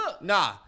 Nah